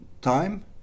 time